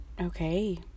okay